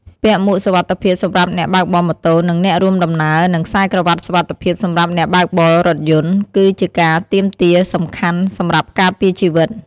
ពាក់មួកសុវត្ថិភាពសម្រាប់អ្នកបើកបរម៉ូតូ និងអ្នករួមដំណើរ និងខ្សែក្រវាត់សុវត្ថិភាពសម្រាប់អ្នកបើកបររថយន្ត គឺជាការទាមទារសំខាន់សម្រាប់ការពារជីវិត។